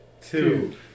Two